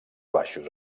baixos